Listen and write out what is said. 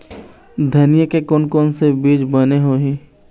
धनिया के कोन से बीज बने होही?